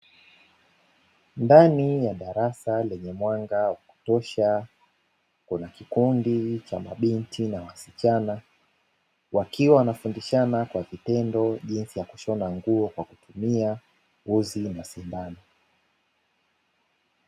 Ndani ya darasa lenye mwanga wa kutosha kuna kikundi cha mabinti na wasichana, wakiwa wanafundishana kwa vitendo jinsi ya kushona nguo kwa kutumia uzi na sindano.